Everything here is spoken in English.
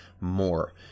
more